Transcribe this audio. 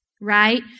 right